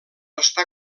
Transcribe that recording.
està